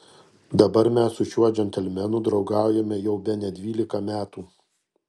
dabar mes su šiuo džentelmenu draugaujame jau bene dvylika metų